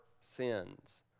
sins